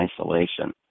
isolation